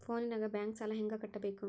ಫೋನಿನಾಗ ಬ್ಯಾಂಕ್ ಸಾಲ ಹೆಂಗ ಕಟ್ಟಬೇಕು?